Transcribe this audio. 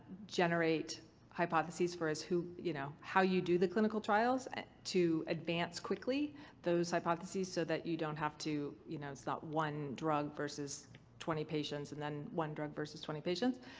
generate hypotheses for as who. you know, how you do the clinical trials to advance quickly those those hypotheses so that you don't have to, you know, it's not one drug versus twenty patients and then one drug versus twenty patients.